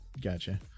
Gotcha